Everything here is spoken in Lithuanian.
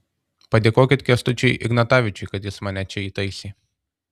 padėkokit kęstučiui ignatavičiui kad jis mane čia įtaisė